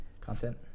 content